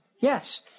Yes